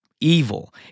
evil